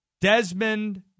Desmond